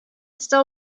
still